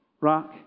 rock